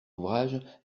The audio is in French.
ouvrage